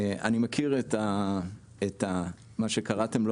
אני מכיר ברמה אישית את מה שקראתם לו